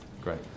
Great